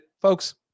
folks